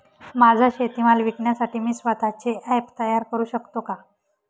माझा शेतीमाल विकण्यासाठी मी स्वत:चे ॲप तयार करु शकतो का?